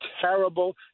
terrible